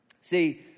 See